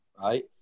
right